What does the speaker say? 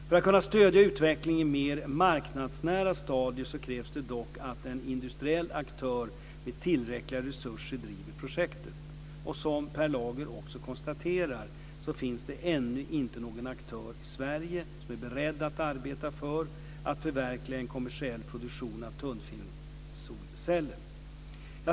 För att kunna stödja utvecklingen i mer marknadsnära stadier krävs det dock att en industriell aktör med tillräckliga resurser driver projektet. Som Per Lager också konstaterar finns det ännu inte någon aktör i Sverige som är beredd att arbeta för att förverkliga en kommersiell produktion av tunnfilmssolceller.